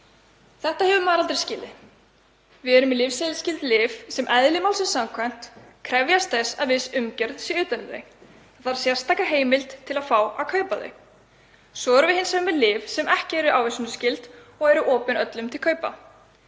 Þetta hefur maður aldrei skilið. Við erum með lyfseðilsskyld lyf sem eðli málsins samkvæmt krefjast þess að viss umgjörð sé utan um þau. Það þarf sérstaka heimild til að fá að kaupa þau. Svo erum við hins vegar með lyf sem ekki eru ávísunarskyld og eru opin öllum til kaupa.